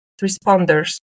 responders